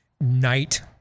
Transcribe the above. night